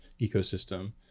ecosystem